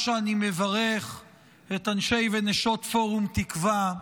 שאני מברך את אנשי ונשות פורום תקווה,